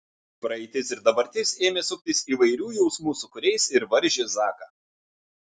praeitis ir dabartis ėmė suktis įvairių jausmų sūkuriais ir varžė zaką